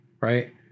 Right